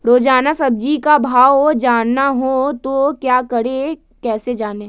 रोजाना सब्जी का भाव जानना हो तो क्या करें कैसे जाने?